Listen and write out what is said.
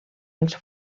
els